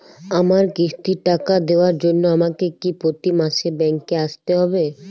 আমার কিস্তির টাকা দেওয়ার জন্য আমাকে কি প্রতি মাসে ব্যাংক আসতে হব?